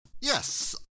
yes